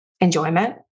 enjoyment